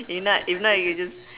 if not if not you just